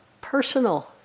personal